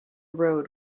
road